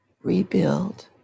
rebuild